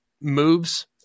moves